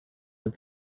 mit